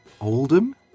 Oldham